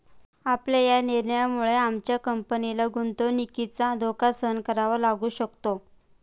आपल्या या निर्णयामुळे आमच्या कंपनीला गुंतवणुकीचा धोका सहन करावा लागू शकतो